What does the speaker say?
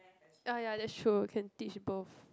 ya ya that's true can teach both